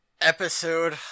Episode